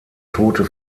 tote